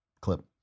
clip